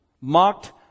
mocked